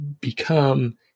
become